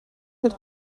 hält